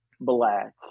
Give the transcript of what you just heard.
black